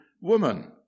woman